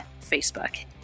Facebook